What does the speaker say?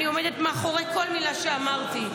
אני עומדת מאחורי כל מילה שאמרתי,